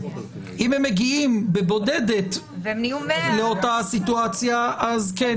אם הם מגיעים בבודדת לאותה סיטואציה אז כן.